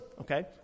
Okay